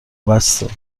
بسه